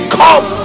come